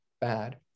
bad